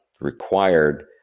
required